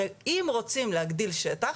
הרי אם רוצים להגדיל שטח,